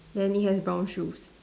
then it has brown shoes